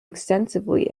extensively